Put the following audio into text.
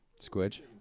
Squidge